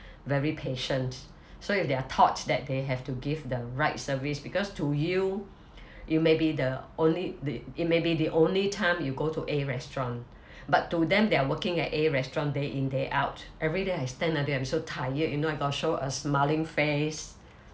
very patient so if their thoughts that they have to give the right service because to you you may be the only the it may be the only time you go to a restaurant but to them there are working at a restaurant day in day out everyday I stand there I'm so tired you know I got to show a smiling face